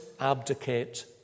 abdicate